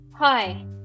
Hi